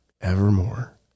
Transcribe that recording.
evermore